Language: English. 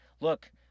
Look